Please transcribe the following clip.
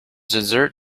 dessert